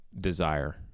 desire